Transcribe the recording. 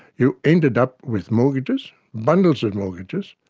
who ended up with mortgages, bundles of mortgages,